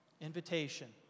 invitation